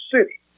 City